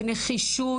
בנחישות.